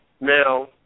Now